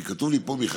כי כתוב לי פה מיכאלי.